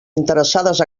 interessades